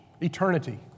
eternity